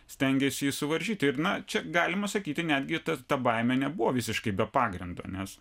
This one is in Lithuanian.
stengėsi jį suvaržyti ir na čia galima sakyti netgi tad ta baimė nebuvo visiškai be pagrindo nes